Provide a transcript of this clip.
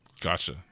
Gotcha